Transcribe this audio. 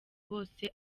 bose